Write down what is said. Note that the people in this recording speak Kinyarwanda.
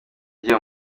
gihe